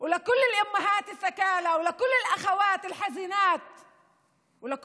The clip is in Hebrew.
ולכל האימהות השכולות ולכל האחיות מוכות היגון ולכל